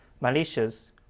malicious